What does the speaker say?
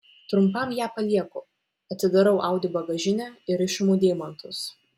trumpam ją palieku atidarau audi bagažinę ir išimu deimantus